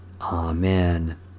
Amen